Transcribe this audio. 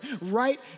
right